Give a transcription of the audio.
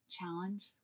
challenge